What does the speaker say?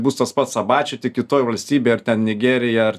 bus tas pats abači tik kitoj valstybėj ar ten nigerija ar